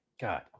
god